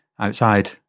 Outside